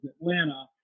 Atlanta